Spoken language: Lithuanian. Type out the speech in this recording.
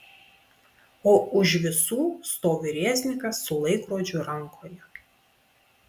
o už visų stovi reznikas su laikrodžiu rankoje